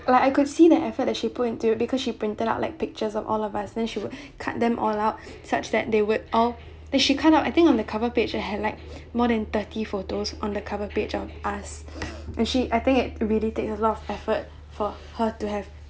like I could see the effort as she put into it because she printed out like pictures of all of us then she would cut them all out such that they would all then she cut out I think on the cover page a headlight more than thirty photos on the cover page of us and she I think it really takes a lot of effort for her to have